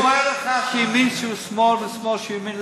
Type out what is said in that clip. אפילו הוא אומר לך שימין שהוא שמאל ושמאל שהוא ימין,